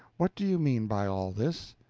what do you mean by all this?